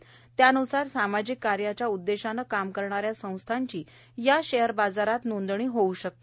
या शिफारसीन्सार सामाजिक कार्याच्या उददेशानं काम करणाऱ्या संस्थांची या शेअर बाजारात नोंदणी होऊ शकते